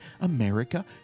America